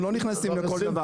אנחנו לא נכנסים לכל דבר.